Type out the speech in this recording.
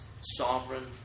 sovereign